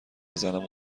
بزنم